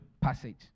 passage